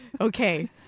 Okay